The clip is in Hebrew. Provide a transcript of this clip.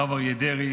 הרב אריה דרעי,